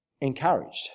encouraged